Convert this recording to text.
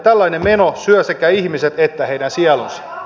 tällainen meno syö sekä ihmiset että heidän sielunsa